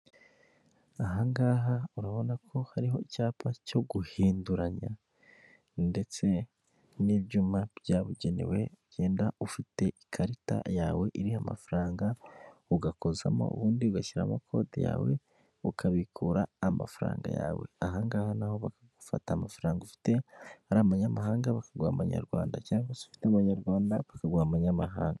Ahangaha urabona ko hariho icyapa cyo guhinduranya ndetse n'ibyuma byabugenewe genda ufite ikarita yawe iriha amafaranga ugakozamo ubundi ugashyiramo koti yawe ukabikura amafaranga yawe ahangaha naho bakagufata amafaranga ufite ari abanyamahanga bakagu abanyarwanda cyangwa se ufite abanyarwanda bakaguha amanyamahanga.